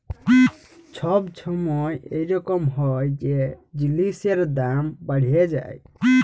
ছব ছময় ইরকম হ্যয় যে জিলিসের দাম বাড়্হে যায়